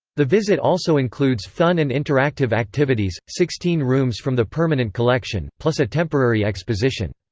the visit also includes fun and interactive activities, sixteen rooms from the permanent collection, plus a temporary exposition.